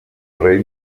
rei